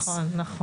נכון.